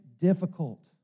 difficult